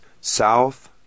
south